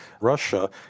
Russia